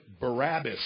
Barabbas